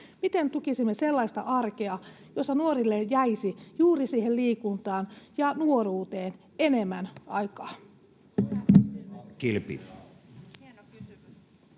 Miten tukisimme sellaista arkea, jossa nuorille jäisi juuri siihen liikuntaan ja nuoruuteen enemmän aikaa?